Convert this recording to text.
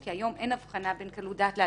כי היום אין הבחנה בין קלות דעת ובין